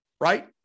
right